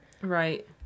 Right